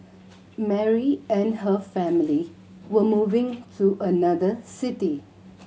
Mary and her family were moving to another city